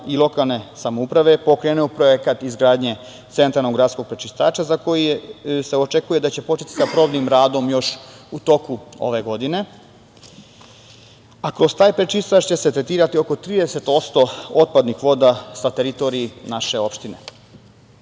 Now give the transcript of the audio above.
i lokalne samouprave pokrenuo projekat izgradnje centralnog gradskog prečistača za koji se očekuje da će početi sa početnim radom još u toku ove godine, a kroz taj prečistač će se tretirati oko 30% otpadnih voda sa teritorije naše